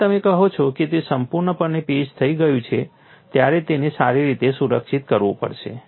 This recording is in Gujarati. જ્યારે તમે કહો છો કે તે સંપૂર્ણપણે પેચ થઈ ગયું છે ત્યારે તેને સારી રીતે સુરક્ષિત કરવું પડશે